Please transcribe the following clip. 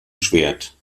schwert